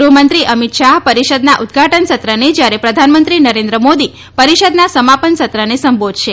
ગૃહમંત્રી અમીત શાહ પરિષદના ઉદઘાટન સત્રને જ્યારે પ્રધાનમંત્રી નરેન્દ્ર મોદી પરિષદના સમાપન સત્રને સંબોધશે